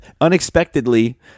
unexpectedly